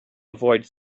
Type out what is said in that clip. avoid